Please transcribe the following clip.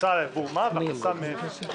הוצאה עבור מה, והכנסה מאיפה?